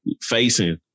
facing